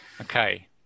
Okay